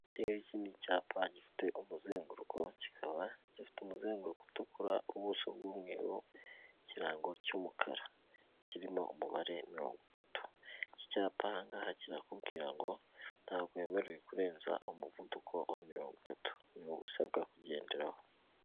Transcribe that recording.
Ikirere kinini icyapa gifite umuzenguruko kikaba gifite umuzenguruko utukura w'ubuso bw'umweru ikirango cy'umukara kirimo umubare mirongo itatu, iki cyapanga kirakubwira ngo ntabwo wemerewe kurenza umuvuduko wa mirongo itatu, usabwa kugenda gahoro.